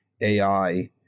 AI